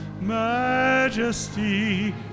majesty